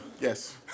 Yes